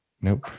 Nope